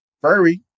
furry